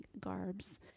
garbs